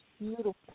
beautiful